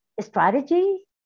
strategy